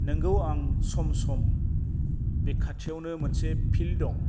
नोंगौ आं सम सम बे खाथियावनो मोनसे फिल्द दं